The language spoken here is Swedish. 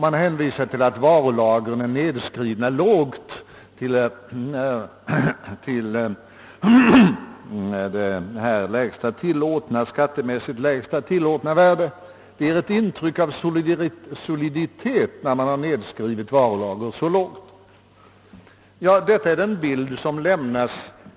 Man hänvisade vidare till att varulagren var nerskrivna lågt, till skattemässigt lägsta tillåtna värde. Det gav ett intryck av soliditet att man skrivit ner varulagret så lågt. Detta är den bild som lämnades.